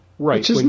Right